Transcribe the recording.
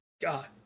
God